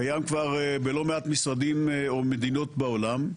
זה קיים כבר בלא מעט משרדים או מדינות בעולם.